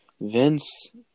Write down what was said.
Vince